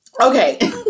Okay